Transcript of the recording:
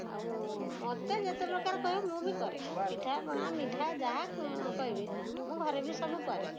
ଆଉ ମୋତେ ଯେତେ ପ୍ରକାର କହିବ ମୁଁ ବି କରେ ପିଠା ପଣା ମିଠା ଯାହା କହିବେ ମୁଁ ଘରେ ବି ସବୁ କରେ